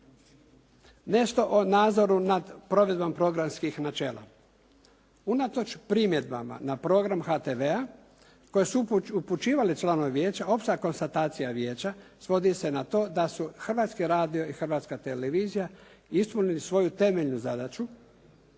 Nešto o nadzoru nad provedbom programskih načela. Unatoč primjedbama na program HTV-a koje su upućivali članovi vijeća opća konstatacija vijeća svodi se na to da su Hrvatski radio i Hrvatska televizija ispunili svoju temeljnu zadaću